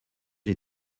les